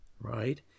Right